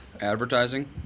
advertising